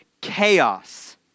chaos